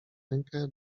rękę